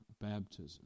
baptism